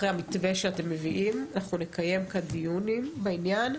אחרי המתווה שאתם מביאים אנחנו נקיים כאן דיונים בעניין,